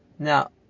Now